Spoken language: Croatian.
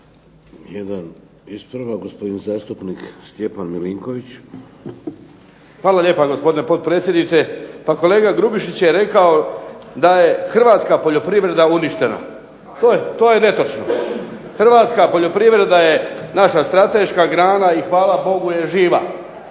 Jedan ispravak gospodin zastupnik Stjepan Milinković. **Milinković, Stjepan (HDZ)** Hvala lijepa gospodine potpredsjedniče. Pa kolega Grubišić je rekao da je hrvatska poljoprivreda uništena. To je netočno. Hrvatska poljoprivreda je naša strateška grana i hvala Bogu je živa.